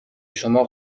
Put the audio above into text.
شما